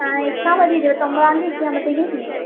എക്സാമൊരു ഇരുപത്തൊമ്പതാം തീയതിയൊക്കെ ആകുമ്പത്തേക്കും തീരും